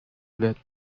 let